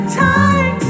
time